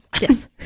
Yes